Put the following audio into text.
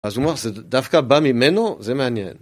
אז ממש דווקא בא ממנו, זה מעניין